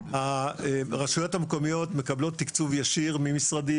הרשויות המקומיות מקבלות תקצוב ישיר ממשרדים,